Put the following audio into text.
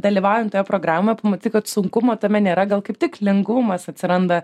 dalyvaujant toje programoj pamatai kad sunkumo tame nėra gal kaip tik lengvumas atsiranda